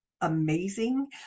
amazing